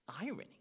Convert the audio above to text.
irony